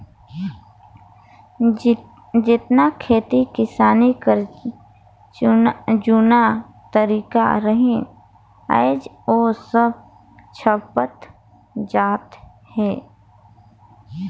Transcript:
जेतना खेती किसानी कर जूना तरीका रहिन आएज ओ सब छपत जात अहे